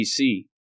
BC